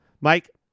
Mike